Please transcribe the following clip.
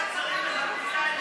ועדת השרים לחקיקה התנגדה?